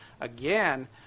Again